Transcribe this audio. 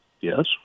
Yes